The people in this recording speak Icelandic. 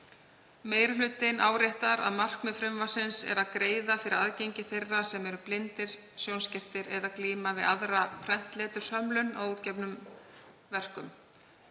Meiri hlutinn áréttar að markmið frumvarpsins er að greiða fyrir aðgengi þeirra sem eru blindir, sjónskertir eða glíma við aðra prentleturshömlun að útgefnum verkum.